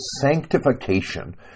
sanctification